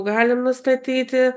galim nustatyti